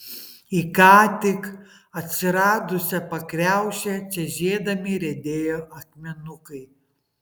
į ką tik atsiradusią pakriaušę čežėdami riedėjo akmenukai